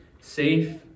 safe